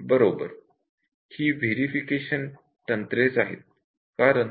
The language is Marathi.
बरोबर ही व्हेरिफिकेशन टेक्निक्स आहेत कारण